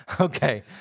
Okay